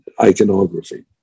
iconography